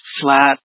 flat